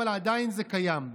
אבל עדיין זה קיים.